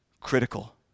critical